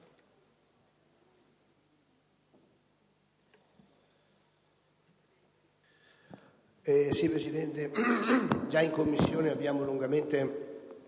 Presidente, in Commissione abbiamo lungamente